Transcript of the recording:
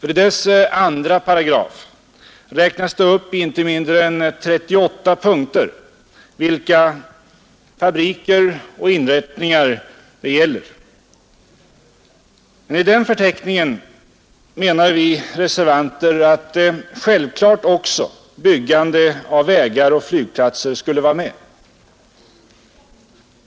I dess andra paragraf räknas det upp i inte mindre än 38 punkter vilka fabriker och inrättningar det gäller. I den förteckningen menar vi reservanter att självklart också byggande av vägar och flygplatser skulle vara med.